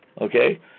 Okay